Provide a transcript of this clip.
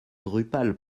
drupal